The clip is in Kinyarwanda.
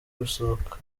gusohoka